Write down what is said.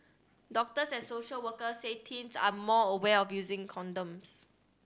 doctors and social workers say teens are also more aware using condoms